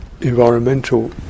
environmental